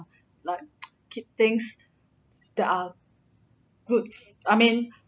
like keep things that are good I mean